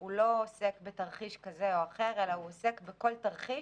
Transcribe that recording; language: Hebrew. הוא לא עוסק בתרחיש כזה או אחר, אלא בכל תרחיש